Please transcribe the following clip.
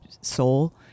soul